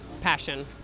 passion